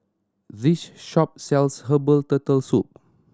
this shop sells herbal Turtle Soup